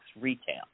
retail